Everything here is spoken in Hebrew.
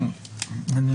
בוקר טוב.